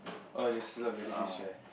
oh it's a lot of jellyfish there